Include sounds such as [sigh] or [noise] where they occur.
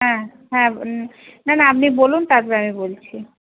হ্যাঁ হ্যাঁ [unintelligible] না না আপনি বলুন তারপরে আমি বলছি